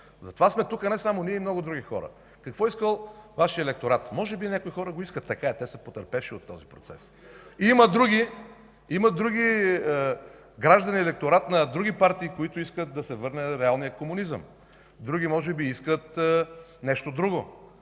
Затова сме тук не само ние, но и много други хора. Какво искал Вашият електорат? Може би някои хора го искат, така е. Те са потърпевши от този процес. Има други граждани, електорат на други партии, които искат да се върне реалният комунизъм. Други може би искат нещо друго,